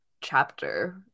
chapter